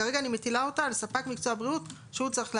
כרגע אני מטילה אותה על ספק מקצוע הבריאות שהוא צריך להיערך.